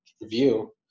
review